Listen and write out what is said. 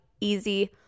easy